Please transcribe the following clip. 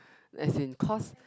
as in cause